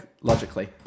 Logically